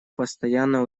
постоянно